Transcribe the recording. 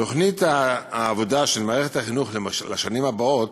תוכנית העבודה של מערכת החינוך לשנים הבאות